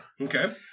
Okay